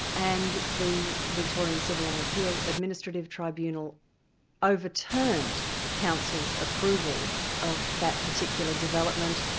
and the victorian civil and appeals administrative tribunal overturned council's approval of that particular development,